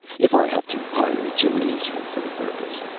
if i have to hire a gymnasium for the purpose.